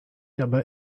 dabei